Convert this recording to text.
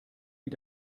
wie